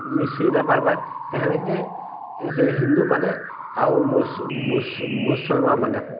ମିଶି ନାଇଁ ପାର୍ବାର୍ କା ହେଲା ଯେ ଏ ସେ ହିନ୍ଦୁ ମାନେ ଆଉ ମୁସଲମାନ୍ ମାନେ